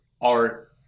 art